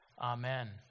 Amen